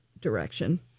direction